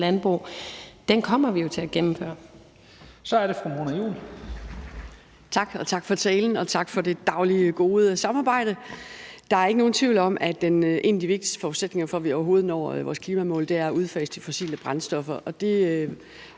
Lahn Jensen): Så er det fru Mona Juul. Kl. 11:28 Mona Juul (KF): Tak, og tak for talen, og tak for det daglige gode samarbejde. Der er ikke nogen tvivl om, at en af de vigtigste forudsætninger for, at vi overhovedet når vores klimamål, er at udfase de fossile brændstoffer, og det